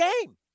game